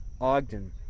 Ogden